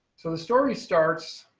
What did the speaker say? so the story starts